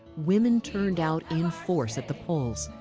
women turned out in force at the polls.